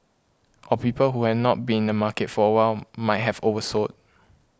or people who had not been in the market for a while might have oversold